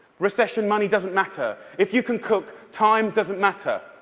recession money doesn't matter. if you can cook, time doesn't matter.